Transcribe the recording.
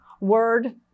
word